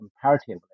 comparatively